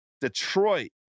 Detroit